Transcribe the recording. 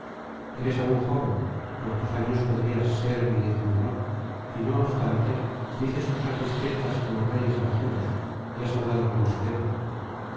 eres aún joven por tus años podrías ser mi hijo menor y no obstante dices cosas discretas á los reyes argivos y has hablado como se debe